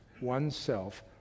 oneself